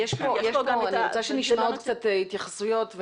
אני רוצה שנשמע עוד התייחסויות.